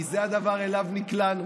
כי זה הדבר שאליו נקלענו